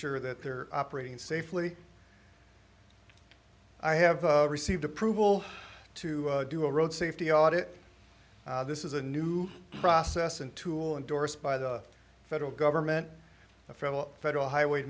sure that they're operating safely i have received approval to do a road safety audit this is a new process and tool endorsed by the federal government the federal federal highway